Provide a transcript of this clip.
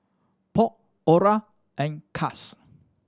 Polk Orah and Cas